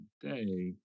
today